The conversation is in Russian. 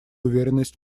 уверенность